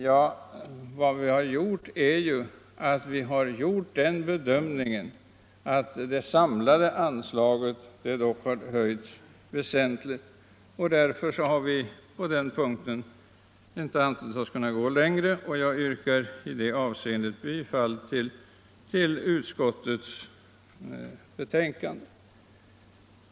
Ja, vad vi har gjort är en bedömning, nämligen den att anslagets samlade belopp har höjts väsentligt och därför har vi inte ansett oss kunna gå längre. Jag yrkar i dessa avseenden bifall till utskottets hemställan.